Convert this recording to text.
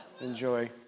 Enjoy